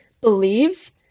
believes